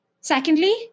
Secondly